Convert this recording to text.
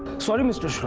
sorry, mr. so